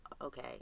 Okay